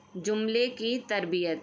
جملے کی ترتیب